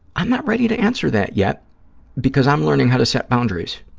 i'm not ready to answer that yet because i'm learning how to set boundaries.